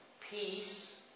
peace